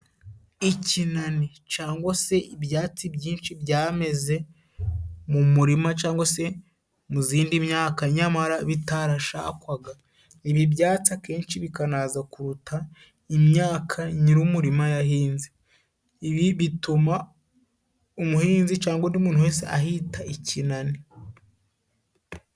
Ikinani cangwa se ibyatsi byinshi byameze mu murima, cangwag se mu zindi myaka nyamara bitarashakwaga, ibi byatsi akenshi bikanaza kuruta imyaka nyir'umurima yahinze. Ibi bituma umuhinzi cangwa undi muntu wese ahita ikinani.